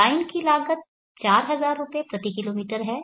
line की लागत 4000 रुपये किमी है